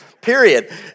period